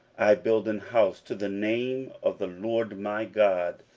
i build an house to the name of the lord my god,